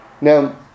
Now